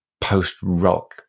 post-rock